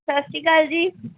ਸਤਿ ਸ਼੍ਰੀ ਅਕਾਲ ਜੀ